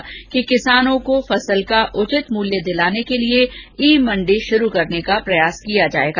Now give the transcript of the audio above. उन्होंने कहा कि किसानों को फसल का उचित मूल्य दिलाने के लिए ई मंडी शुरू करने का प्रयास किया जाएगा